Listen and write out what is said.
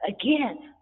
again